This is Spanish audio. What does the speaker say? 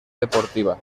deportiva